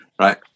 right